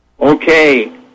Okay